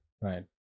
Right